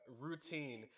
routine